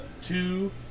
two